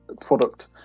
product